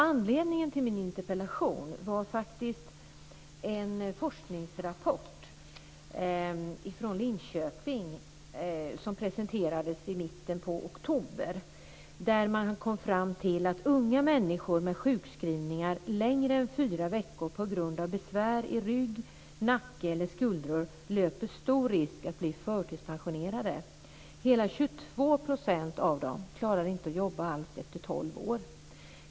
Anledningen till min interpellation var faktiskt en forskningsrapport från Linköping som presenterades i mitten av oktober. Där kom man fram till att unga människor med sjukskrivningar längre än fyra veckor på grund av besvär i rygg, nacke eller skuldror löper stor risk att bli förtidspensionerade. Hela 22 % av dem klarar inte att jobba alls efter 12 år.